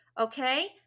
okay